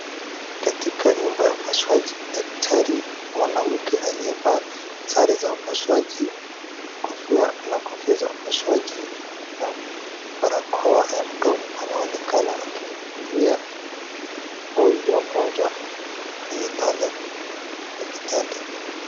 Katika nyumba ya upasuaji daktari mwanamke aliyevaa sare za upasuaji kofia na kofia za upasuaji na barakoa ya mdomo anaonekana akimhudumia mgonjwa mmoja aliyelala juu ya kitanda.